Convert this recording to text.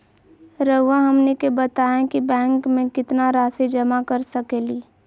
रहुआ हमनी के बताएं कि बैंक में कितना रासि जमा कर सके ली?